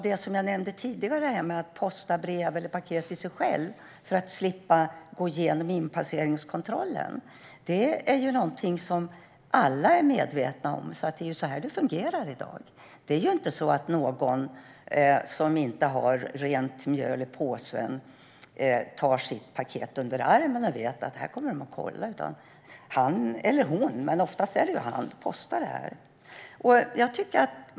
Det som jag nämnde tidigare, att man postar brev till sig själv för att slippa gå igenom inpasseringskontrollen, är något som alla är medvetna om. Det är så det fungerar i dag. Den som inte har rent mjöl i påsen tar inte sitt paket under armen, för då kommer det ju att kollas, utan han eller hon - oftast är det en han - postar det.